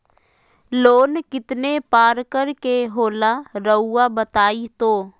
Loan कितने पारकर के होला रऊआ बताई तो?